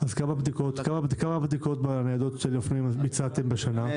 כמה בדיקות אופנועים ביצעתם השנה?